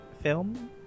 film